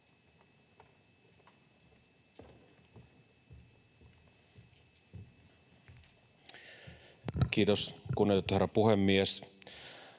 Kiitos, arvoisa herra puhemies!